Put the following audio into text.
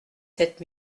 sept